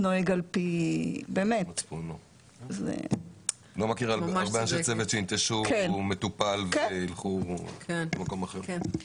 אני לא מכיר הרבה אנשי צוות שינטשו מטופל וילכו למקום אחר.